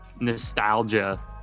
nostalgia